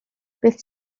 beth